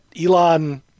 Elon